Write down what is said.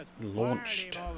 Launched